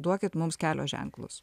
duokit mums kelio ženklus